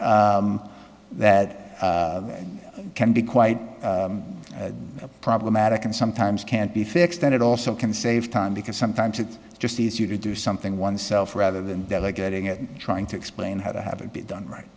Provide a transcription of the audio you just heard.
ups that that can be quite problematic and sometimes can't be fixed and it also can save time because sometimes it's just easier to do something oneself rather than delegating it trying to explain how to have it be done right